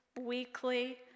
weekly